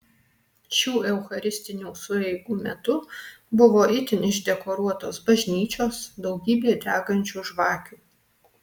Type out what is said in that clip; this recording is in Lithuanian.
šių eucharistinių sueigų metu buvo itin išdekoruotos bažnyčios daugybė degančių žvakių